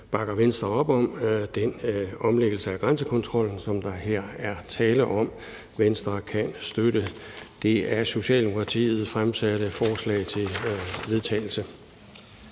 bakker Venstre op om den omlægning af grænsekontrollen, som der her er tale om. Venstre kan støtte det af Socialdemokratiet fremsatte forslag til vedtagelse.